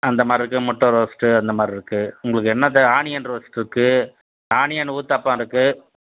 அந்த மாதிரி இருக்குது முட்டை ரோஸ்ட்டு அந்த மாதிரி இருக்குது உங்களுக்கு என்ன தேவை ஆனியன் ரோஸ்ட்ருக்கு ஆனியன் ஊத்தாப்பம் இருக்குது